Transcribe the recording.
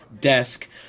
desk